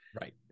Right